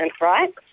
right